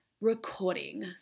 recording